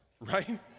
right